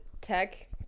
Tech